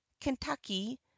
kentucky